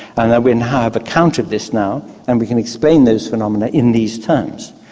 and we and have account of this now and we can explain those phenomena in these terms.